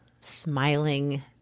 smiling